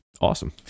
Awesome